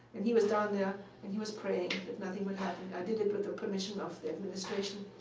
and he was down there and he was praying that nothing would happen. i did it with the permission of administration.